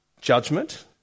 judgment